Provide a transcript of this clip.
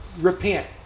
repent